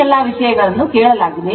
ಈ ಎಲ್ಲ ವಿಷಯಗಳನ್ನು ಕೇಳಲಾಗಿದೆ